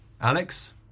Alex